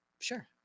Sure